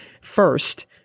first